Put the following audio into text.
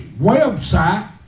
website